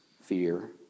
fear